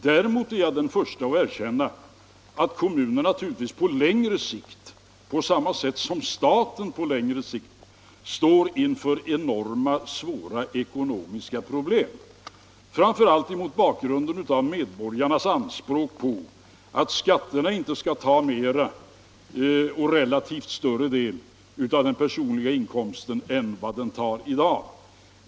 Däremot är jag den förste att erkänna att kommunerna på längre sikt — på samma sätt som staten på längre sikt — står inför enormt svåra ekonomiska problem, framför allt mot bakgrund av medborgarnas anspråk på att skatterna inte skall ta relativt större del av den personliga inkomsten än de gör i dag.